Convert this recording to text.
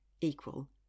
equal